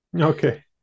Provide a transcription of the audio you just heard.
okay